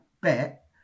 bet